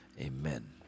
amen